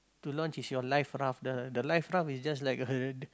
to launch is if your life raft the the life raft is just like a